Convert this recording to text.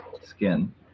skin